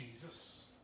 Jesus